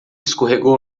escorregou